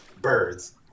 birds